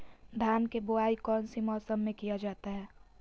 धान के बोआई कौन सी मौसम में किया जाता है?